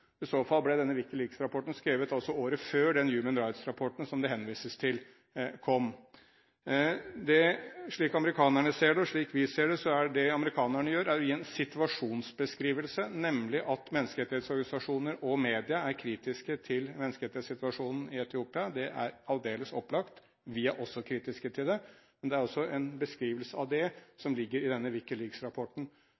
I så fall ble denne WikiLeaks-rapporten skrevet året før Human Rights Watch-rapporten som det henvises til, kom. Slik amerikanerne ser det, og slik vi ser det, så er det amerikanerne gjør, å gi en situasjonsbeskrivelse, nemlig at menneskerettighetsorganisasjoner og media er kritiske til menneskerettighetssituasjonen i Etiopia. Det er aldeles opplagt, og vi er også kritiske til det. Det er også en beskrivelse av det